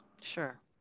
Sure